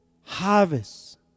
Harvest